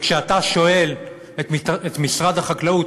כשאתה שואל את משרד החקלאות,